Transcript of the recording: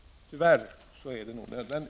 Tyvärr är det nog det.